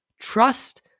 Trust